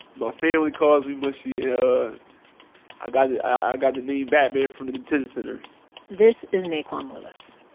my family calls me mushy. yeah i got it i got the name batman from the detention center this is naquan lewis.